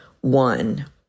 one